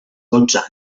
dotze